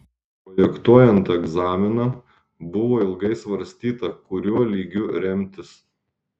projektuojant egzaminą buvo ilgai svarstyta kuriuo lygiu remtis